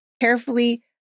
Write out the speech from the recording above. carefully